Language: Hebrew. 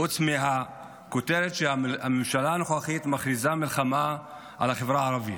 חוץ מהכותרת שהממשלה הנוכחית מכריזה מלחמה על החברה הערבית.